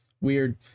Weird